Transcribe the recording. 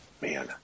man